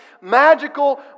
magical